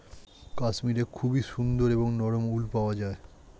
কাশ্মীরে খুবই সুন্দর এবং নরম উল পাওয়া যায়